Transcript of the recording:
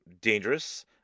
dangerous